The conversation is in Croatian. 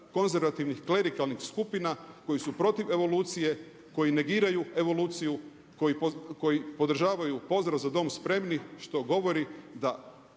ultrakonzervativnih klerikalnih skupina koji su protiv evolucije, koji negiraju evoluciju, koji podržavaju pozdrav „Za dom spremni!“ što govori da